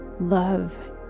love